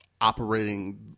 operating